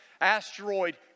asteroid